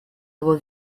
его